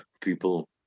people